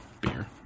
beer